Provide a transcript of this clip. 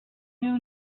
knew